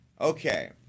okay